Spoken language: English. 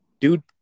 dude